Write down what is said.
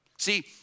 See